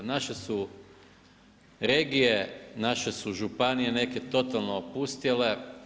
Naše su regije, naše su županije neke totalno opustijele.